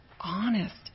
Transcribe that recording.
honest